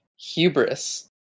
hubris